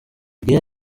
gea